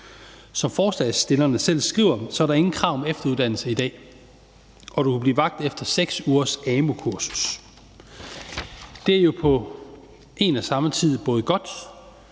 Som forslagsstillerne selv skriver, er der ingen krav om efteruddannelse i dag, og du kan blive vagt efter 6 ugers amu-kursus. Det er jo på en og samme tid både godt,